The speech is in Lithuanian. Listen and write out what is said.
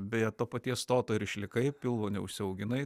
beje to paties stoto ir išlikai pilvo neužsiauginai